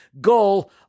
goal